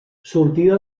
sortida